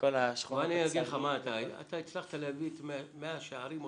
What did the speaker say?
כל השכונה --- אתה הצלחת להביא את מאה שערים אותנטית.